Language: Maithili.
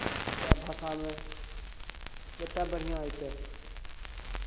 तय भाषामे कतेक बढ़िआँ हेतै